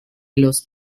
los